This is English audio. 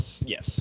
Yes